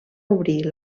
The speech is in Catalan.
obrir